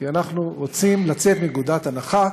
כי אנחנו רוצים לצאת מנקודת הנחה